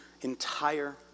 entire